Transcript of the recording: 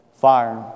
fire